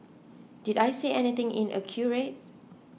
did I say anything inaccurate